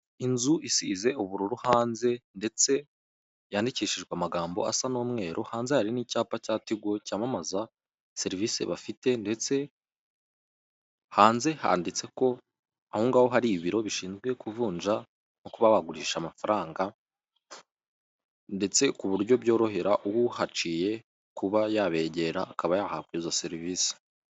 Inzu isize ubururu hanze ndetse yandikishijwe amagambo asa n'umweru, hanze hari n'icyapa cya tigo cyamamaza serivisi bafite ndetse hanze handitse ko ahongaho hari ibiro bishinzwe kuvunja no kuba wagurisha amafaranga ndetse ku buryo byorohera ubuhaciye kuba yabegera akaba yahabwa izo serivise.